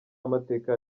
amateka